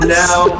now